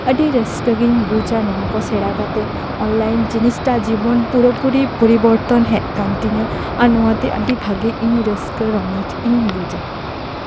ᱟᱹᱰᱤ ᱨᱟᱹᱥᱠᱟᱹ ᱜᱤᱧ ᱵᱩᱡᱟ ᱱᱚᱣᱟ ᱠᱚ ᱥᱮᱲᱟ ᱠᱟᱛᱮᱜ ᱚᱱᱞᱟᱭᱤᱱ ᱡᱤᱱᱤᱥ ᱴᱟ ᱡᱤᱵᱚᱱ ᱯᱩᱨᱟᱹ ᱯᱩᱨᱤ ᱯᱚᱨᱤᱵᱚᱨᱛᱱ ᱦᱮᱡ ᱠᱟᱱ ᱛᱤᱧᱟᱹ ᱟᱨ ᱱᱚᱣᱟᱛᱮ ᱟᱹᱰᱤ ᱵᱷᱟᱜᱮ ᱤᱧ ᱨᱟᱹᱥᱠᱟᱹ ᱨᱚᱢᱚᱡᱽ ᱤᱧ ᱵᱩᱡᱟ